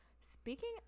Speaking